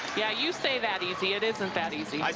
yeah, you say that easy it isn't that easy.